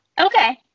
Okay